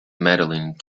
medaling